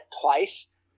twice